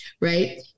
right